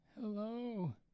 Hello